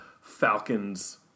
Falcons